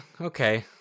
okay